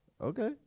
okay